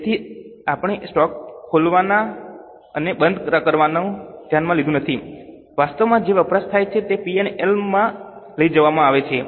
તેથી આપણે સ્ટોક ખોલવાનું અને બંધ કરવાનું ધ્યાનમાં લીધું નથી વાસ્તવમાં જે વપરાશ થાય છે તે P અને L માં લઈ જવામાં આવે છે